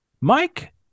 Mike